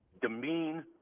demean